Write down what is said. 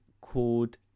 called